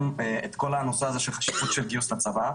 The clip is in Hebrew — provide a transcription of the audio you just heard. את כל הנושא הזה של חשיבות לגיוס לצבא.